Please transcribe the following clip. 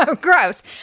Gross